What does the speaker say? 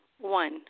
One